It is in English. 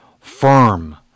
firm